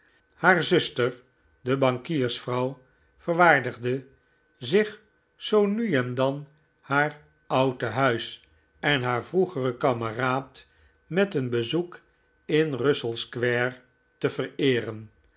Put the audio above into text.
haar zuster de bankiersvrouw verwaardigde zich zoo nu en dan haar oud tehuis en haar vroegere kameraad met een bezoek in russell square te vereeren